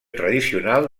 tradicional